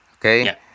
Okay